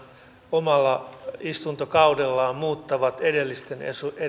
omalla istuntokaudellaan muuttavat edellisten eduskuntien lakeja